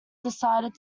decided